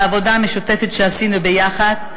על העבודה המשותפת שעשינו יחד.